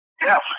Yes